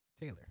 Taylor